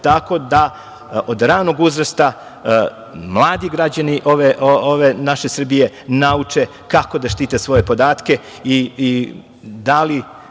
tako da od ranog uzrasta mladi građani ove naše Srbije nauče kako da štite svoje podatke